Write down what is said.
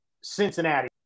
Cincinnati